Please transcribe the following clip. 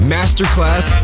Masterclass